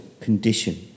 condition